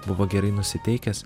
buvo gerai nusiteikęs